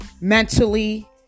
mentally